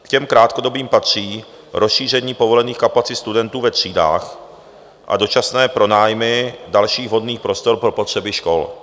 K těm krátkodobým patří rozšíření povolených kapacit studentů ve třídách a dočasné pronájmy dalších vhodných prostor pro potřeby škol.